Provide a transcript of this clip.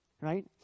right